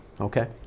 okay